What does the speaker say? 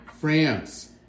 France